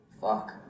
fuck